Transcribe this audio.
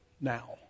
now